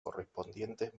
correspondientes